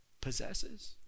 possesses